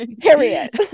Harriet